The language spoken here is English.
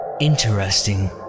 Interesting